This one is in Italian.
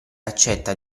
accetta